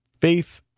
faith